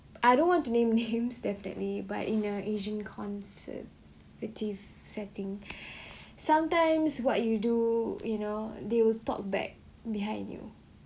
I don't want to name him definitely but you know asian conservative setting sometimes what you do you know they will talk back behind you